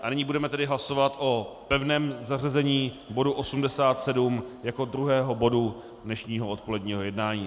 Nyní budeme tedy hlasovat o pevném zařazení bodu 87 jako druhého bodu dnešního odpoledního jednání.